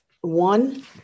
one